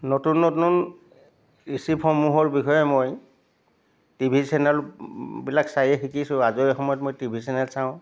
নতুন নতুন ৰিচিপসমূহৰ বিষয়ে মই টি ভি চেনেলবিলাক চায়ে শিকিছোঁ আজৰি সময় মই টি ভি চেনেল চাওঁ